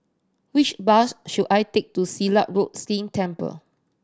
which bus should I take to Silat Road Temple